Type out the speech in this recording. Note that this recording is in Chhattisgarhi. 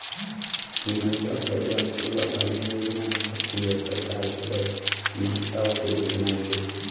नरूवा, गरूवा, घुरूवा, बाड़ी योजना ह छत्तीसगढ़ सरकार के बड़ महत्ता वाले योजना ऐ